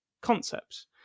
concepts